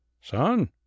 Son